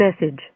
message